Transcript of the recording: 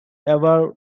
ever